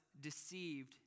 deceived